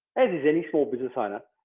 and as any small business owner,